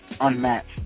unmatched